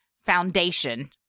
foundation